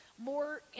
more